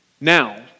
Now